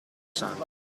sangue